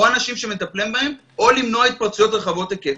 או אנשים שמטפלים בהם או למנוע התפרצויות רחבות היקף.